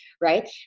right